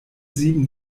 sieben